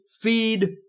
feed